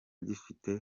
gifite